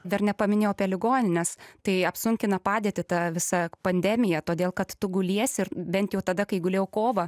dar nepaminėjau apie ligonines tai apsunkina padėtį ta visa pandemija todėl kad tu guliesi ir bent jau tada kai gulėjau kovą